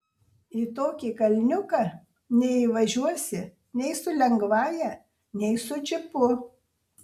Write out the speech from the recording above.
į tokį kalniuką neįvažiuosi nei su lengvąja nei su džipu